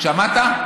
שמעת?